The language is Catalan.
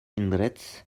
indrets